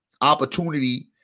opportunity